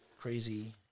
crazy